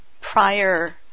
prior